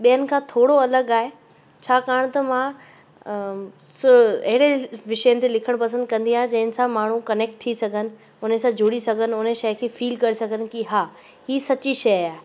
ॿियनि खां थोरो अलॻि आहे छाकाणि त मां अहिड़े विषयनि ते लिखणु पसंदि कंदी आहियां जंहिं सां माण्हू कनैक्ट थी सघनि उन सां जुड़ी सघनि उन शइ खे फिल करे सघनि की हा ही सच्ची शइ आहे